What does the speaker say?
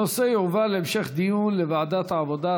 הנושא יועבר להמשך דיון לוועדת העבודה,